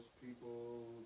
people